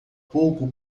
pouco